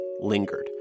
lingered